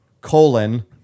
colon